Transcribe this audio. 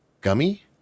gummy